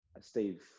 Steve